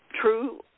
true